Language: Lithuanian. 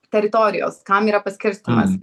teritorijos kam yra paskirstymas